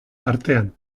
artean